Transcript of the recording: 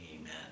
Amen